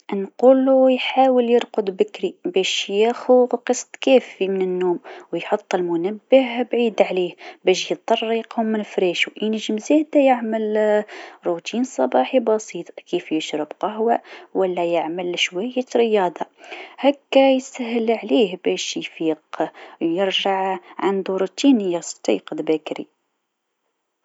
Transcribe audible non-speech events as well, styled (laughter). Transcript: نقلو يحاول يرقد بكري باش ياخو قسط كافي من النوم، و يحط المنبه بعيد عليه باش يضطر يقوم من فراشو، ينجم زادا يعمل (hesitation) روتين صباحي بسيط كيف يشرب قهوه ولا يعمل شوية رياضه هكه يسهال عليه باش يفيق، يولي عندو روتين يفيق بكري.